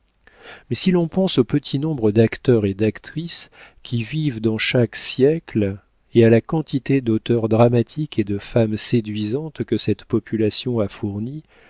mais si l'on pense au petit nombre d'acteurs et d'actrices qui vivent dans chaque siècle et à la quantité d'auteurs dramatiques et de femmes séduisantes que cette population a fournis